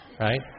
Right